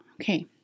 Okay